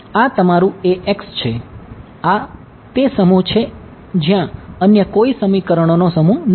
આ તમારું Ax છે આ તે સમૂહ છે જ્યાં અન્ય કોઈ સમીકરણોનો સમૂહ નથી